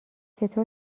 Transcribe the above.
چطور